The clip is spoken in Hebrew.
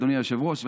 אדוני היושב-ראש,